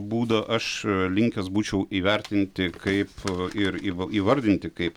būdą aš linkęs būčiau įvertinti kaip ir įva įvardinti kaip